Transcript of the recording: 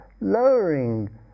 lowering